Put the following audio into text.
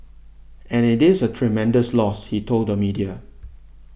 and it is a tremendous loss he told the media